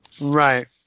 right